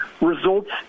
results